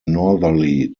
northerly